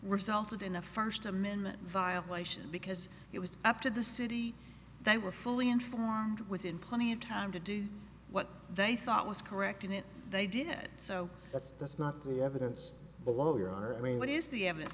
resulted in a first amendment violation because it was up to the city they were fully informed within plenty of time to do what they thought was correct in it they did so that's that's not the evidence but well your honor i mean what is the evidence